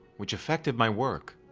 which affected my work.